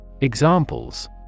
Examples